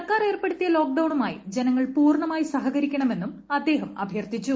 സർക്കാർ ഏർപ്പെടുത്തിയ ലോക്ക്ഡൌണുമായി ജനങ്ങൾ പൂർണമായി സഹകരിക്കണമെന്നും അദ്ദേഹം അഭ്യർത്ഥിച്ചു